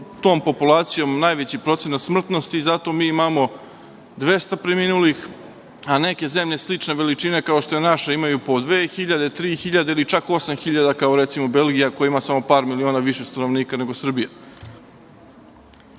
tom populacijom najveći procenat smrtnosti i zato mi mamo 200 preminulih, a neke zemlje slične veličine, kao što je naša, imaju po 2.000, 3.000 ili čak 8.000, kao recimo Belgija koja ima samo par miliona više stanovnika nego Srbija. Prosto